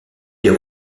des